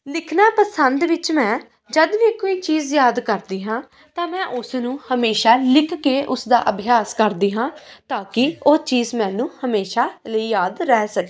ਲਿਖਣਾ ਪਸੰਦ ਵਿੱਚ ਮੈਂ ਜਦ ਵੀ ਕੋਈ ਚੀਜ਼ ਯਾਦ ਕਰਦੀ ਹਾਂ ਤਾਂ ਮੈਂ ਉਸ ਨੂੰ ਹਮੇਸ਼ਾ ਲਿਖ ਕੇ ਉਸ ਦਾ ਅਭਿਆਸ ਕਰਦੀ ਹਾਂ ਤਾਂ ਕਿ ਉਹ ਚੀਜ਼ ਮੈਨੂੰ ਹਮੇਸ਼ਾ ਲਈ ਯਾਦ ਰਹਿ ਸਕੇ